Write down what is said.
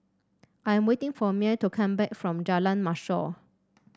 I'm waiting for Myer to come back from Jalan Mashor